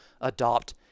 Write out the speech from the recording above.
adopt